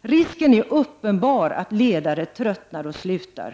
Risken är uppenbar att ledare tröttnar och slutar.